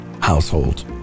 household